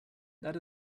that